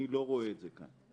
אני לא רואה את זה כאן.